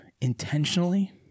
intentionally